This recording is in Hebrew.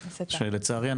שלצערי,